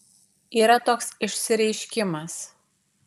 yra toks išsireiškimas